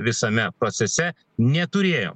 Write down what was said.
visame procese neturėjom